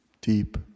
deep